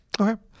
Okay